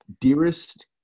dearest